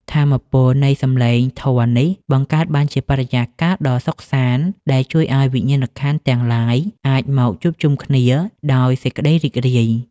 ថាមពលនៃសម្លេងធម៌នេះបង្កើតបានជាបរិយាកាសដ៏សុខសាន្ត ដែលជួយឱ្យវិញ្ញាណក្ខន្ធទាំងឡាយអាចមកជួបជុំគ្នាដោយសេចក្ដីរីករាយ។